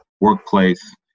workplace